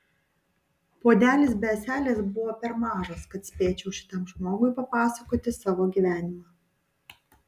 puodelis be ąselės buvo per mažas kad spėčiau šitam žmogui papasakoti savo gyvenimą